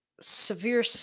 severe